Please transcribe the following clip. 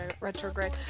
Retrograde